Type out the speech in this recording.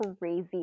crazy